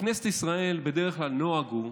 בכנסת ישראל בדרך כלל הנוהג הוא,